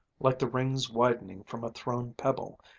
like the rings widening from a thrown pebble,